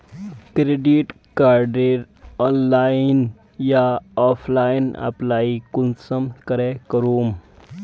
Credit कार्डेर online या offline apply कुंसम करे करूम?